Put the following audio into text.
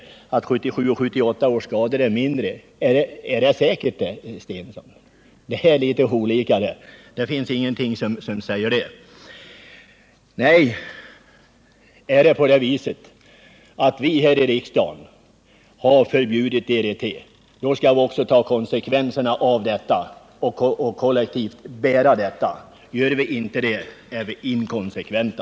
Sedan sade Börje Stensson att skadorna på 1977 och 1978 års planteringar är mindre. Är det säkert, Börje Stensson? Det är litet olika. Nej, har vi här i riksdagen förbjudit DDT skall vi också ta konsekvenserna av det och kollektivt bära kostnaderna för det. Gör vi inte det är vi inkonsekventa.